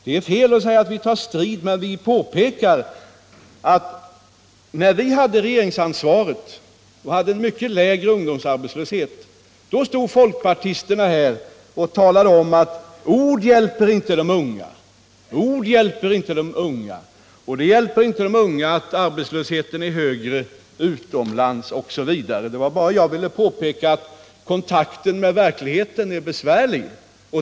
Det är fel att säga att vi tar strid, men vi vill påpeka, att när vi hade regeringsansvaret och ungdomsarbetslösheten var mycket lägre, stod folkpartisterna här och talade om att ord inte hjälper de unga och inte heller detta att ungdomsarbetslösheten är högre utomlands osv. Jag ville bara framhålla att kontakten med verkligheten är besvärlig.